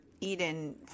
Eden